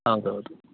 ಹೌದೌದು